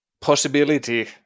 possibility